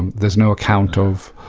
and there is no account of